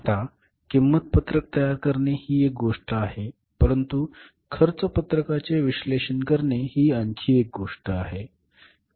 आता किंमत पत्रक तयार करणे ही एक गोष्ट आहे परंतु खर्च पत्रकाचे विश्लेषण करणे ही आणखी एक गोष्ट आहे